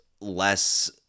less